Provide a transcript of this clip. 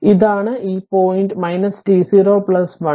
ഇതാണ് ഈ point t0 1